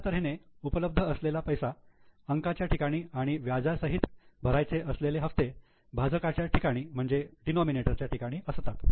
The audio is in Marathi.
अशा तऱ्हेने उपलब्ध असलेला पैसा अंकाच्या ठिकाणी आणि व्याजासहित भरायचे असलेले हप्ते भाजका च्या ठिकाणी असतात